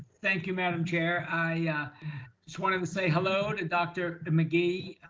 thank you, madam chair. i yeah just wanted to say hello to dr. mcgee.